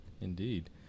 indeed